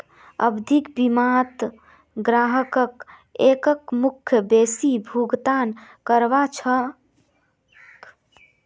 आवधिक बीमात ग्राहकक एकमुश्त बेसी भुगतान करवा ह छेक